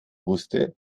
wusste